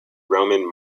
roman